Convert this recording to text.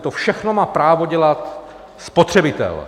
To všechno má právo dělat spotřebitel.